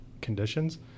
conditions